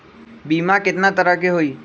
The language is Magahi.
बीमा केतना तरह के होइ?